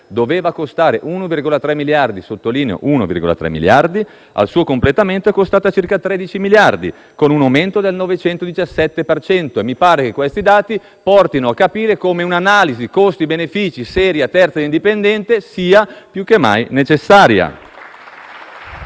doveva costare 1,3 miliardi di euro, al suo completamento è costata circa 13 miliardi di euro, con un aumento del 917 per cento; mi pare che questi dati portino a capire come un'analisi costi-benefici sera, terza e indipendente sia più che mai necessaria.